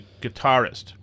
guitarist